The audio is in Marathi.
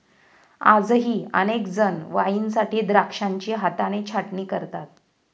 आजही अनेक जण वाईनसाठी द्राक्षांची हाताने छाटणी करतात